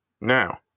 Now